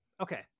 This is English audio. okay